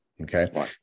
Okay